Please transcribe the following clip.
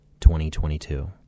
2022